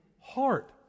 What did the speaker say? heart